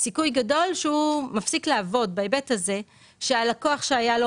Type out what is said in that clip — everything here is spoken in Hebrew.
סיכוי גדול שהוא מפסיק לעבוד בהיבט הזה שהלקוח שהיה לו